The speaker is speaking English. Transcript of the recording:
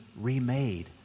remade